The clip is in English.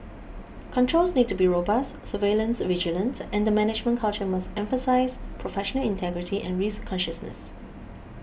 controls need to be robust surveillance vigilant and the management culture must emphasise professional integrity and risk consciousness